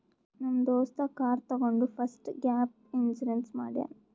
ನಮ್ ದೋಸ್ತ ಕಾರ್ ತಗೊಂಡ್ ಫಸ್ಟ್ ಗ್ಯಾಪ್ ಇನ್ಸೂರೆನ್ಸ್ ಮಾಡ್ಯಾನ್